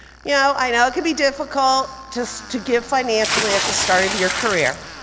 yeah i know it can be difficult just to give financially at the start of your career.